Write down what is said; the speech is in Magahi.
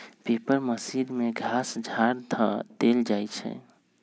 पेपर मशीन में घास झाड़ ध देल जाइ छइ